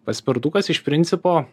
paspirtukas iš principo